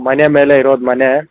ಮನೆ ಮೇಲೆ ಇರೋದು ಮನೆ